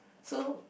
so